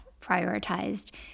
prioritized